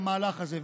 המהלך הזה.